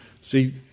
See